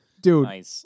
Dude